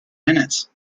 minutes